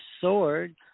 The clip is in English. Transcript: sword